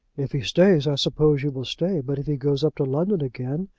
if he stays, i suppose you will stay but if he goes up to london again,